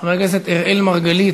חבר הכנסת אראל מרגלית,